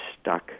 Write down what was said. stuck